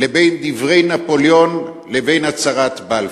לבין דברי נפוליאון לבין הצהרת בלפור.